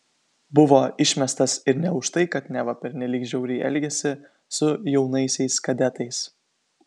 buvo išmestas ir ne už tai kad neva pernelyg žiauriai elgėsi su jaunaisiais kadetais